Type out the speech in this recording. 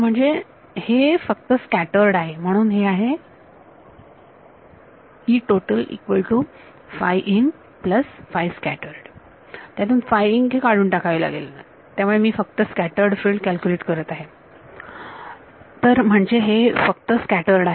विद्यार्थी झिरो मध्ये तर म्हणजे हे फक्त स्कॅटर्ड आहे